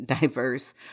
diverse